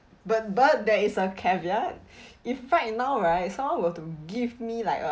but but there is a catch ya if right now right someone were to give me like a